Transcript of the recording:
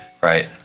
Right